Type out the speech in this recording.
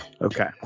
Okay